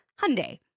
Hyundai